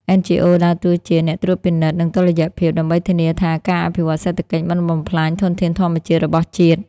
NGOs ដើរតួជា "អ្នកត្រួតពិនិត្យ និងតុល្យភាព" ដើម្បីធានាថាការអភិវឌ្ឍសេដ្ឋកិច្ចមិនបំផ្លាញធនធានធម្មជាតិរបស់ជាតិ។